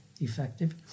effective